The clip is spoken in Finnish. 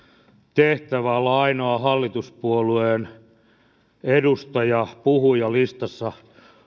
tehtävä olla ainoa hallituspuolueen edustaja puhujalistassa